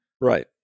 right